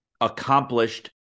accomplished